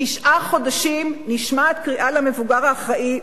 תשעה חודשים נשמעת קריאה למבוגר האחראי,